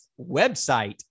website